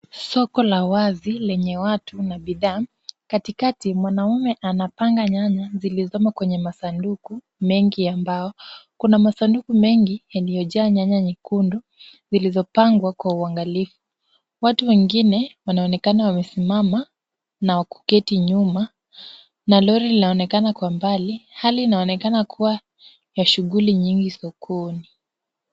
Soko la wazi lenye watu na bidhaa, katikati mwanaume anapanga nyanya zilizomo kwenye masanduku mengi ya mbao, kuna masanduku mengi yaliyojaa nyanya nyekundu zilizopangwa kwa uangalifu, watu wengine wanaonekana wamesimama na kuketi nyuma na lori linaonekana kwa mbali, hali inaonekana kuwa ya shughuli nyingi sokoni.